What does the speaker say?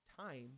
time